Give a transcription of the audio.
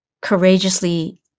courageously